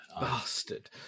Bastard